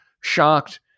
shocked